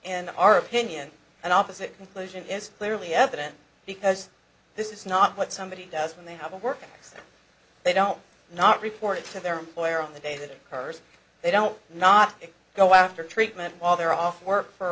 and our opinion and opposite conclusion is clearly evident because this is not what somebody does when they have a work they don't not report to their employer on the day that occurs they don't not go after treatment while they're off work for